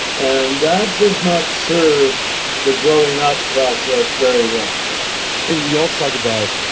and that does not serve the growing up process very well and you also talk about,